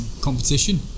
competition